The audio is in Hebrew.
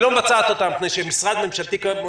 היא לא מבצעת אותה מפני שמשרד ממשלתי ---.